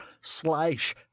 slash